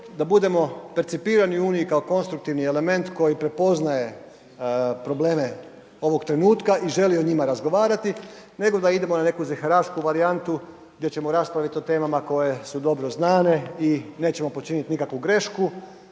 da budemo percipirani u Uniji kao konstruktivni element koji prepoznaje probleme ovog trenutka i želi o njima razgovarati, nego da idemo na neku ziherašku varijantu gdje ćemo raspravit o temama koje su dobro znane i nećemo počinit nikakvu grešku